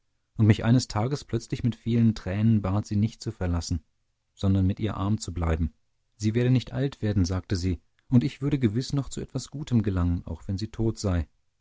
und mich eines tages plötzlich mit vielen tränen bat sie nicht zu verlassen sondern mit ihr arm zu bleiben sie werde nicht alt werden sagte sie und ich würde gewiß noch zu etwas gutem gelangen auch wenn sie tot sei